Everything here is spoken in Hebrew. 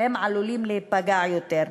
והם עלולים להיפגע יותר.